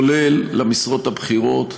כולל למשרות הבכירות,